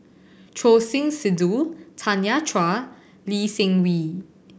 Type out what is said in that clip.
Choor Singh Sidhu Tanya Chua Lee Seng Wee